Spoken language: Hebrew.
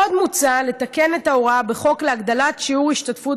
עוד מוצע לתקן את ההוראה בחוק להגדלת שיעור השתתפות